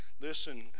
listen